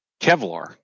Kevlar